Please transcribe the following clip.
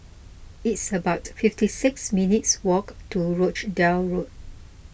it's about fifty six minutes' walk to Rochdale Road